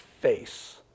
face